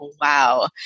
wow